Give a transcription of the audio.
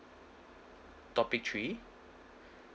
topic three